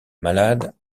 malade